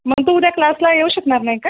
मग तू उद्या क्लासला येऊ शकणार नाही का